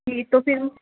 جی تو پھر